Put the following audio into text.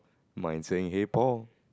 mine is saying hey Paul